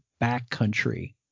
backcountry